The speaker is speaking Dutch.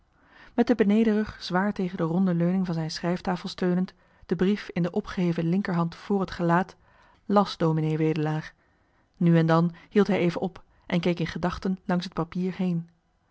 met den benedenrug zwaar tegen de ronde leuning van zijn schrijfstoel steunend den brief in de opgeheven linkerhand vr het gelaat las ds wedelaar nu en dan hield hij even op en keek in gedachten langs het papier heen